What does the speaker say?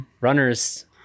Runners